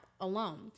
alone